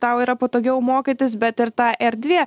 tau yra patogiau mokytis bet ir ta erdvė